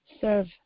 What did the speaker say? serve